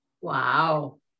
Wow